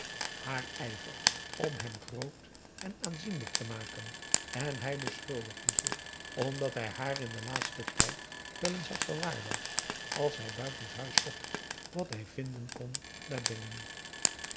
haar ijver om hem groot en aanzienlijk te maken en hij beschuldigde zich omdat hij haar in den laatsten tijd wel eens had verwaarloosd als hij buitenshuis zocht wat hij vinden kon